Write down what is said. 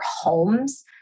homes